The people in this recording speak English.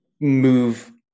move